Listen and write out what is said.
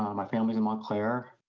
um my family's in montclair.